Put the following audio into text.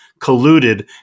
colluded